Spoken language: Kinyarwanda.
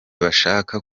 bashaka